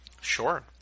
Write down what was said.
Sure